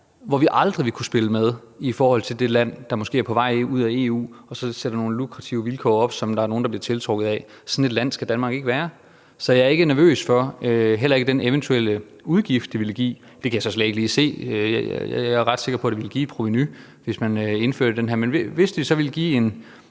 hvor vi aldrig vil kunne spille med i forhold til det land, der måske er på vej ud af EU og så sætter nogle lukrative vilkår op, som der er nogle der bliver tiltrukket af. Sådan et land skal Danmark ikke være. Så jeg er ikke nervøs for det, heller ikke for den eventuelle udgift, det ville give – det kan jeg så slet ikke lige se; jeg er ret sikker på, at det ville give et provenu, hvis man indførte det her – men hvis det så ville give en